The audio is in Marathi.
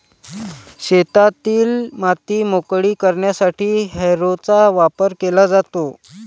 शेतातील माती मोकळी करण्यासाठी हॅरोचा वापर केला जातो